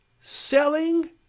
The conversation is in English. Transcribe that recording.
selling